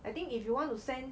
I think if you want to send